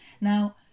Now